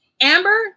Amber